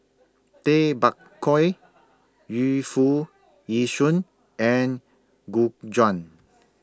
Tay Bak Koi Yu Foo Yee Shoon and Gu Juan